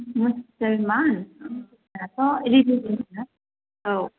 मुसलमान बेथ' रिलिजनसो ना औ